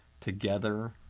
Together